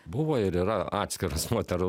buvo ir yra atskiros moterų